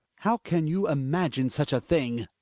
how can you imagine such a thing!